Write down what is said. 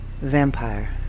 Vampire